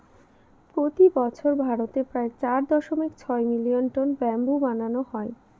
প্রতি বছর ভারতে প্রায় চার দশমিক ছয় মিলিয়ন টন ব্যাম্বু বানানো হয়